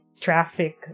traffic